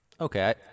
Okay